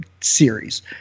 series